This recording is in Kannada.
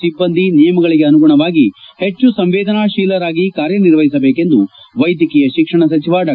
ಸಿಭ್ಗಂದಿ ನಿಯಮಗಳಗೆ ಅನುಗುಣವಾಗಿ ಹೆಚ್ಚು ಸಂವೇದನಾಶೀಲರಾಗಿ ಕಾರ್ಯನಿರ್ವಹಿಸಬೇಕೆಂದು ವೈದ್ಯಕೀಯ ಶಿಕ್ಷಣ ಸಚಿವ ಡಾ